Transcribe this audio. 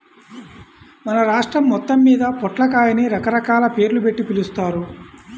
మన రాష్ట్రం మొత్తమ్మీద పొట్లకాయని రకరకాల పేర్లుబెట్టి పిలుస్తారు